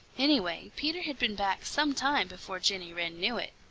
anyway, peter had been back some time before jenny wren knew it.